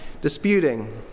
disputing